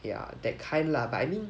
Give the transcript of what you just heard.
ya that kind lah but I mean